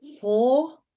four